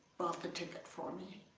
the ticket for me.